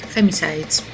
Femicides